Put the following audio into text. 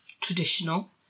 traditional